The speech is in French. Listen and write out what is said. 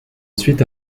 suite